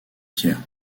pierre